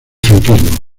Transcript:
franquismo